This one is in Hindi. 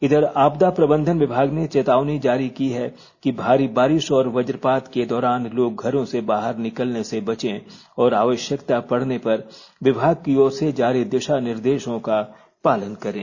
इधर आपदा प्रबंधन विभाग ने चेतावनी जारी की है कि भारी बारिश और वजपात के दौरान लोग घरों से बाहर निकलने से बचे और अवश्यकता पड़ने पर विभाग की ओर से जारी दिशा निर्देशों का पालन करें